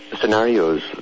scenarios